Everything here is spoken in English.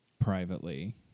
privately